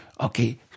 Okay